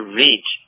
reach